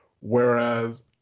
Whereas